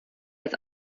als